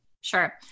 Sure